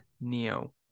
Neo